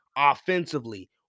offensively